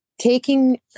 taking